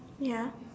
ya